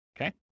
Okay